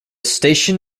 station